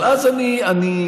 אבל אז אני נזכר